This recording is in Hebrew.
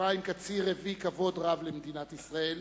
אפרים קציר הביא כבוד רב למדינת ישראל,